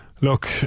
look